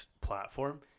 platform